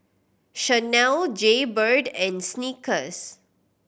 Chanel Jaybird and Snickers